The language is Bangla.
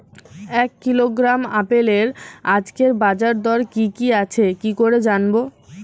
এক কিলোগ্রাম আপেলের আজকের বাজার দর কি কি আছে কি করে জানবো?